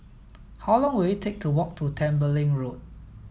how long will it take to walk to Tembeling Road